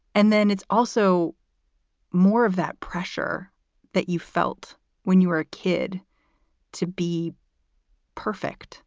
and then it's also more of that pressure that you felt when you were a kid to be perfect